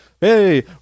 hey